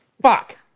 Fuck